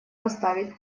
поставить